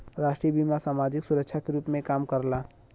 राष्ट्रीय बीमा समाजिक सुरक्षा के रूप में काम करला